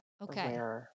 Okay